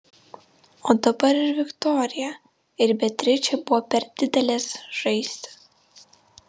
o dabar ir viktorija ir beatričė buvo per didelės žaisti